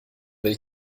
will